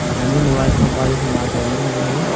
हाँ जी mobile shop वाले से बात हो रही हैं बोलिए